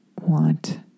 want